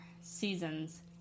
seasons